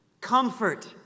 Comfort